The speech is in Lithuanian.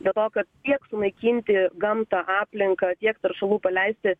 dėl to kad tiek sunaikinti gamtą aplinką tiek teršalų paleisti